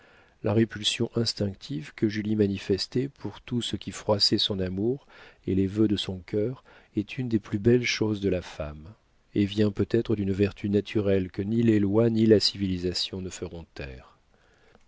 la répulsion instinctive que julie manifestait pour tout ce qui froissait son amour et les vœux de son cœur est une des plus belles choses de la femme et vient peut-être d'une vertu naturelle que ni les lois ni la civilisation ne feront taire